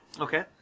Okay